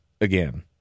again